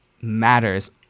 matters